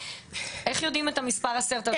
איך יודעים את המספר 10,000?